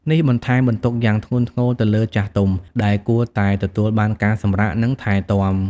នេះបន្ថែមបន្ទុកយ៉ាងធ្ងន់ធ្ងរទៅលើចាស់ទុំ ដែលគួរតែទទួលបានការសម្រាក និងថែទាំ។